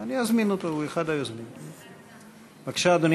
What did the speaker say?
בבקשה, אדוני.